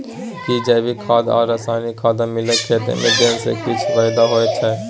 कि जैविक खाद आ रसायनिक खाद मिलाके खेत मे देने से किछ फायदा होय छै?